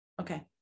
Okay